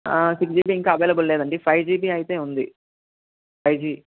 six GB ఇంకా అవైలబుల్లో లేదండి ఫైవ్ జీబీ అయితే ఉంది ఫైవ్ జీ